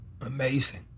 Amazing